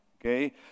Okay